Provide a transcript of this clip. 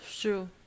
true